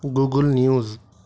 Google news